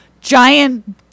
giant